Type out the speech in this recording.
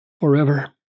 forever